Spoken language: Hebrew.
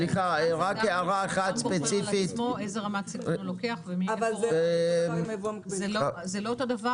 אדם בוחר על עצמו איזה רמת סיכון הוא לוקח -- -זה לא אותו דבר